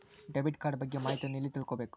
Debit card ಬಗ್ಗೆ ಮಾಹಿತಿಯನ್ನ ಎಲ್ಲಿ ತಿಳ್ಕೊಬೇಕು?